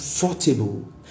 comfortable